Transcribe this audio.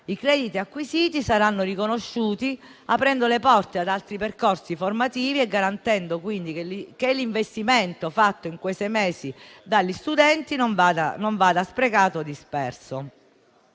i crediti acquisiti saranno riconosciuti, aprendo le porte ad altri percorsi formativi e garantendo quindi che l'investimento fatto in quei sei mesi dagli studenti non vada sprecato o disperso.